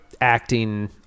acting